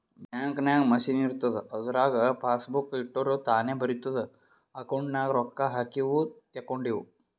bank ನಾಗ್ machine ಇರ್ತುದ್ ಅದುರಾಗ್ ಪಾಸಬುಕ್ ಇಟ್ಟುರ್ ತಾನೇ ಬರಿತುದ್ ಅಕೌಂಟ್ ನಾಗ್ ರೊಕ್ಕಾ ಹಾಕಿವು ತೇಕೊಂಡಿವು